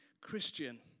Christian